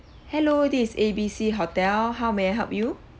hello this is A B C hotel how may I help you